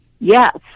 yes